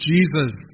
Jesus